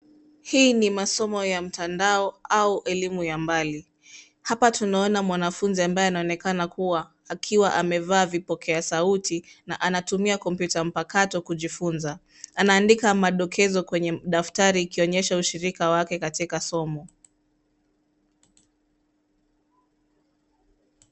Hii ni masomo ya mtandao au elimu ya mbali. Hapa tuanaona mwanafunzi ambaye anaonekana kuwa akiwa amevaa vipokea sauti na anatumia kompyuta mpakato kujifunza. Anaandika madokezo kwenye daftari ikionyesha ushirika wake katika somo.